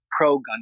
pro-gun